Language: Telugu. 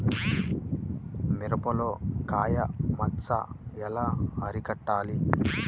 మిరపలో కాయ మచ్చ ఎలా అరికట్టాలి?